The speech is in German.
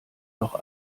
noch